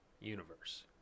universe